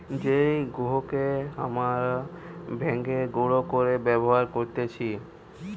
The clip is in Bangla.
যেই গেহুকে হামরা ভেঙে গুঁড়ো করে ব্যবহার করতেছি